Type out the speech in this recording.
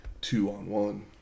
two-on-one